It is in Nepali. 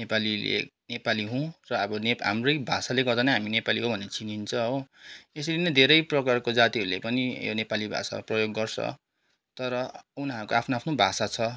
नेपालीले नेपाली हौँ र अब हाम्रै भाषाले गर्दा नै हामी नेपाली हौँ भन्ने चिनिन्छ हो त्यसरी नै धेरै प्रकारको जातिहरूले पनि यो नेपाली भाषा प्रयोग गर्छ तर उनीहरूको आफ्नो आफ्नो भाषा छ